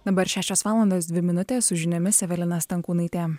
dabar šešios valandas dvi minutės su žiniomis evelina stankūnaitė